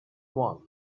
one